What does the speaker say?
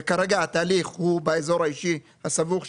וכרגע התהליך הוא באזור האישי הסבוך,